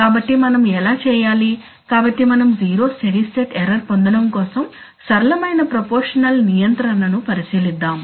కాబట్టి మనం ఎలా చేయాలి కాబట్టి మనం జీరో స్టెడీ స్టేట్ ఎర్రర్ పొందడం కోసం సరళమైన ప్రపోర్షనల్ నియంత్రణ ను పరిశీలిద్దాం